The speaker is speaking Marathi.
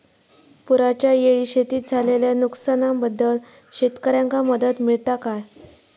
पुराच्यायेळी शेतीत झालेल्या नुकसनाबद्दल शेतकऱ्यांका मदत मिळता काय?